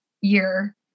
year